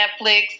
Netflix